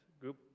group